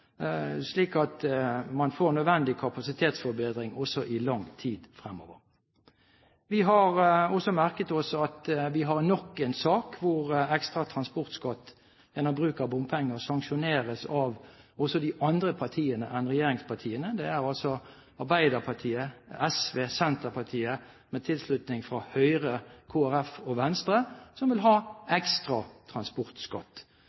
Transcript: slik at man får nødvendig kapasitetsforbedring også i lang tid fremover. Vi har også merket oss at vi har nok en sak hvor ekstra transportskatt gjennom bruk av bompenger sanksjoneres av også de andre partiene enn regjeringspartiene. Det er Arbeiderpartiet, SV, Senterpartiet, med tilslutning fra Høyre, Kristelig Folkeparti og Venstre, som vil ha